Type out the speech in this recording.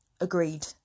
agreed